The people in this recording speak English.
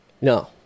no